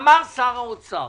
אמר שר האוצר